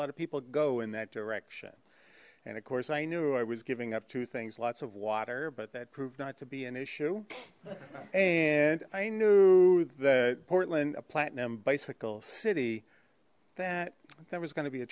of people go in that direction and of course i knew i was giving up two things lots of water but that proved not to be an issue and i knew the portland platinum bicycle city that that was going to be a